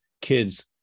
kids